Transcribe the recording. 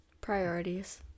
priorities